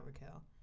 Raquel